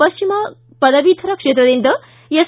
ಪಶ್ಚಿಮ ಪದವೀಧರ ಕ್ಷೇತ್ರದಿಂದ ಎಸ್